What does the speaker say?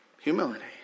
Humility